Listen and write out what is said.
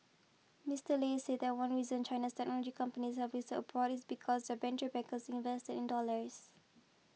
Mister Lei said that one reason China's technology companies have abroad is because their venture backers invested in dollars